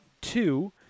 two